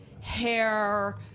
hair